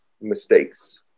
mistakes